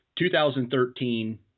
2013